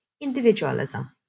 individualism